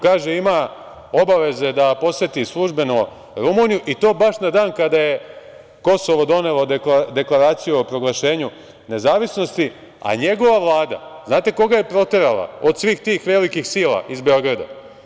Kaže, ima obaveze da poseti službeno Rumuniju i to baš na dan kada je Kosovo donelo deklaraciju o proglašenju nezavisnosti, a njegova Vlada da li znate koga je proterala od svih tih velikih sila iz Beograda?